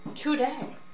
Today